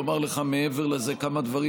לומר לך מעבר לזה כמה דברים,